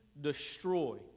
destroy